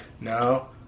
No